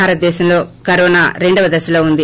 భారతదేశంలో కరోనా రెండవ దశలో ఉంది